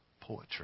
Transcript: poetry